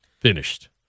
Finished